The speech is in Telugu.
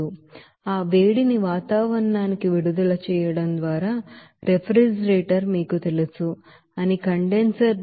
కాబట్టి ఆ వేడిని వాతావరణానికి విడుదల చేయడం ద్వారా రిఫ్రిజిరేటర్ మీకు తెలుసు అని కండెన్సర్ ద్వారా కండెన్సబడుతుంది